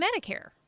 Medicare